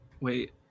wait